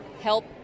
help